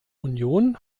union